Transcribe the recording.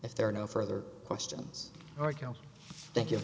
if there are no further questions or q thank you